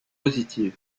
positives